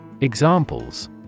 Examples